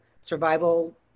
survival